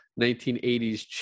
1980s